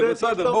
בסדר.